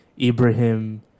Ibrahim